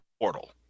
portal